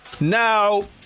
Now